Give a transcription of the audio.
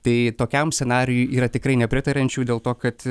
tai tokiam scenarijui yra tikrai nepritariančių dėl to kad